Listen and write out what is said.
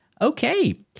Okay